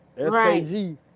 SKG